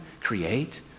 create